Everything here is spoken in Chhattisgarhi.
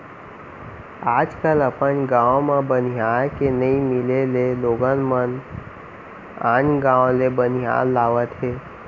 आज कल अपन गॉंव म बनिहार के नइ मिले ले लोगन मन आन गॉंव ले बनिहार लावत हें